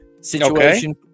situation